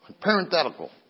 Parenthetical